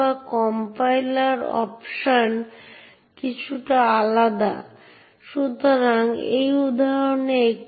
এবং অন্যান্য জিনিসের সাথে etcpassword এ সেই নির্দিষ্ট ব্যবহারকারীর হোম ডিরেক্টরির সাথে সম্পর্কিত এন্ট্রিও রয়েছে এবং আরও অনেক কিছু